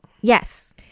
Yes